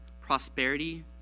prosperity